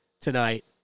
tonight